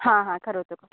हा हा करोतु